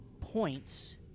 points